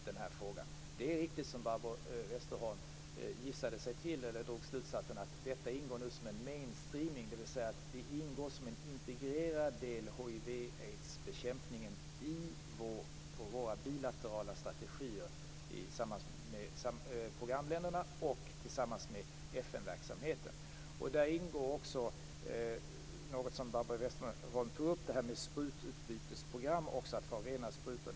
Det är en riktig slutsats som Barbro Westerholm drar, att detta nu ingår som en main-streaming, dvs. det ingår som en integrerad del av hiv/aids-bekämpningen i våra bilaterala strategier i programländerna och tillsammans med FN-verksamheten. Där ingår också något som Barbro Westerholm tog upp, nämligen sprututbytesprogram, att få rena sprutor.